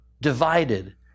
divided